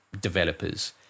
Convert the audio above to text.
developers